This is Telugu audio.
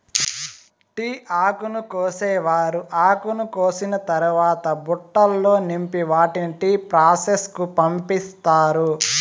టీ ఆకును కోసేవారు ఆకును కోసిన తరవాత బుట్టలల్లో నింపి వాటిని టీ ప్రాసెస్ కు పంపిత్తారు